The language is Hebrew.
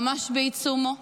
ממש בעיצומו?